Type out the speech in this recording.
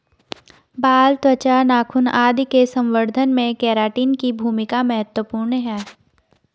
बाल, त्वचा, नाखून आदि के संवर्धन में केराटिन की भूमिका महत्त्वपूर्ण है